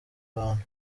abantu